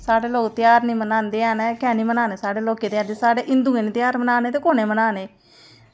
साढ़े लोग ध्यार निं मनांदे हैन कैंह् निं मनाने ध्यार ते साढ़े हिंदुऐं निं ध्यार मनाने ते कु'नें मनाने न